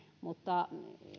mutta